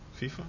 FIFA